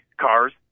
cars